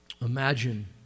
Imagine